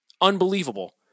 unbelievable